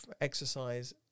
exercise